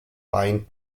pine